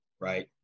right